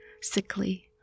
sickly